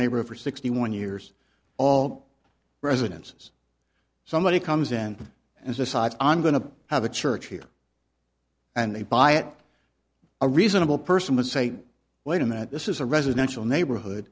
neighborhood for sixty one years all residences somebody comes in and decides i'm going to have a church here and they buy out a reasonable person would say wait a minute this is a residential neighborhood